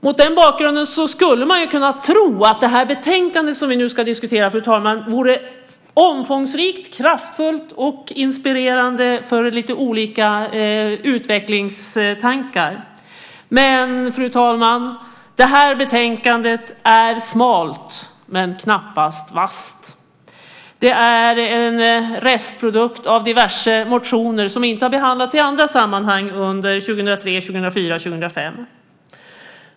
Mot den bakgrunden skulle man kunna tro att det betänkande som vi nu ska diskutera, fru talman, vore omfångsrikt, kraftfullt och inspirerande för lite olika utvecklingstankar. Det här betänkandet är smalt men knappast vasst. Det är en restprodukt av diverse motioner som inte har behandlats i andra sammanhang under 2003, 2004 och 2005.